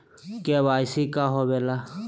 KYC का होवेला?